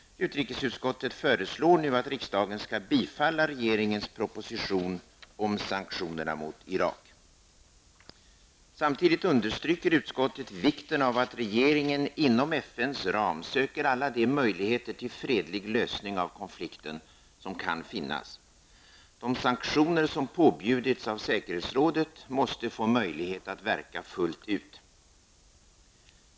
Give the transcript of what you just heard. Utrikesutskottet föreslår nu att riksdagen skall bifalla regeringens proposition om sanktionerna mot Irak. Samtidigt understryker utskottet vikten av att regeringen inom FNs ram söker alla de möjligheter till fredlig lösning av konflikten som kan finnas. De sanktioner som påbjudits av säkerhetsrådet måste få möjlighet att verka fullt ut.